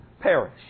perish